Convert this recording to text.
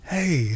Hey